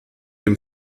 dem